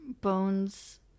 Bones